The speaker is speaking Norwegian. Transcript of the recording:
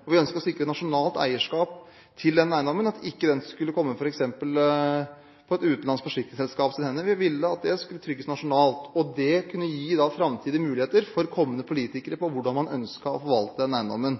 dekar. Vi ønsket å sikre nasjonalt eierskap til den eiendommen, slik at den f.eks. ikke skulle komme på et utenlandsk forsikringsselskaps hender. Vi ville at denne eiendommen skulle trygges nasjonalt. Det kunne gi framtidige muligheter for kommende politikere, med tanke på hvordan man ønsket å forvalte den eiendommen.